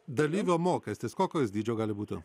dalyvio mokestis kokio jis dydžio gali būti